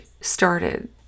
started